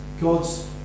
God's